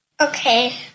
okay